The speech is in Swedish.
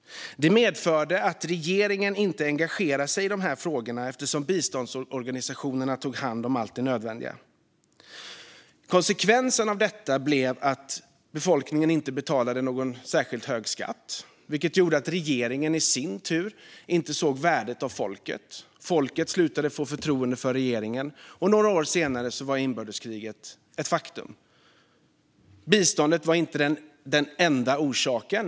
Det medförde att regeringen inte engagerade sig i de frågorna eftersom biståndsorganisationerna tog hand om allt det nödvändiga. Konsekvensen av detta blev att befolkningen inte betalade någon särskilt hög skatt. Det gjorde att regeringen i sin tur inte såg värdet av folket. Folket slutade att ha förtroende för regeringen, och några år senare var inbördeskriget ett faktum. Biståndet var inte den enda orsaken.